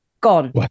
gone